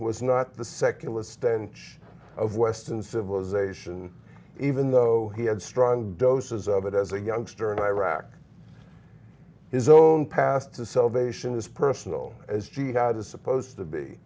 was not the secular stench of western civilization even though he had strong doses of it as a youngster and iraq his own path to salvation is personal as jihad is supposed to be